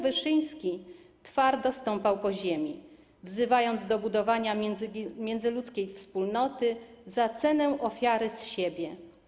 Wyszyński twardo stąpał po ziemi, wzywając do budowania międzyludzkiej wspólnoty za cenę ofiary z siebie.